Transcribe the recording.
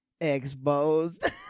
Exposed